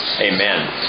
Amen